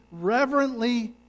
reverently